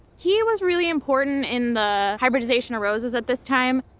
he was really important in the hybridization roses at this time.